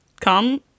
come